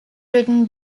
written